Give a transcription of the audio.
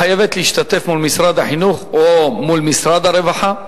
חמש דקות, בבקשה.